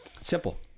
Simple